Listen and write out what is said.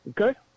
okay